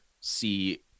see